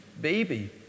baby